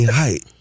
height